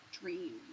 Dream